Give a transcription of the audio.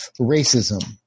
racism